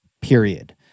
period